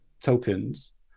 tokens